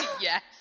yes